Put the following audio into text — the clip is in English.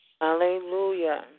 Hallelujah